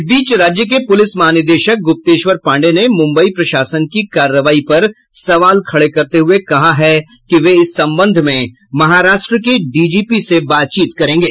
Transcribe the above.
इस बीच राज्य के पुलिस महानिदेश गुप्तेश्वर पाण्डेय ने मुम्बई प्रशासन की कार्रवाई पर सवाल खड़े करते हुये कहा है कि वे इस संबंध में महाराष्ट्र के डीजीपी से बातचीत करेंगे